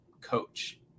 coach